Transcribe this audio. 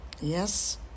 Yes